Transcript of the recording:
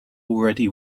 already